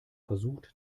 versucht